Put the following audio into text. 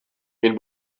این